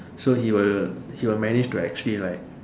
so he will he will manage to actually like